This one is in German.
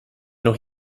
doch